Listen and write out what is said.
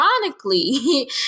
ironically